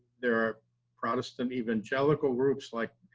there are protestant evangelical groups like,